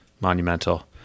Monumental